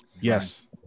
Yes